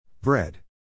Bread